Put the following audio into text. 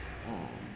uh